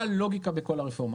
מה הלוגיקה בכל הרפורמה?